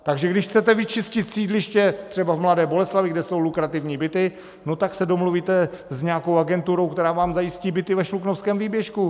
Takže když chcete vyčistit sídliště, třeba v Mladé Boleslavi, kde jsou lukrativní byty, no tak se domluvíte s nějakou agenturou, která vám zajistí byty ve Šluknovském výběžku.